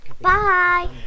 Bye